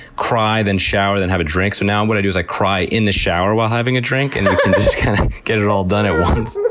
cry, then shower, then have a drink. so now what i do is i cry in the shower while having a drink and just kind of get it all done at once.